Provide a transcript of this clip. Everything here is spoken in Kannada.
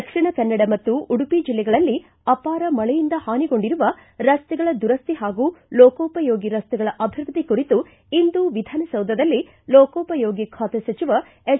ದಕ್ಷಿಣ ಕನ್ನಡ ಮತ್ತು ಉಡುಪಿ ಜಿಲ್ಲೆಗಳಲ್ಲಿ ಅಪಾರ ಮಳೆಯಿಂದ ಹಾನಿಗೊಂಡಿರುವ ರಸ್ತೆಗಳ ದುರಸ್ತಿ ಹಾಗೂ ಲೋಕೋಪಯೋಗಿ ರಸ್ತೆಗಳ ಅಭಿವೃದ್ದಿ ಕುರಿತು ಇಂದು ವಿಧಾನಸೌಧದಲ್ಲಿ ಲೋಕೋಪಯೋಗಿ ಖಾತೆ ಸಚಿವ ಎಚ್